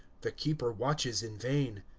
the keeper watches in vain,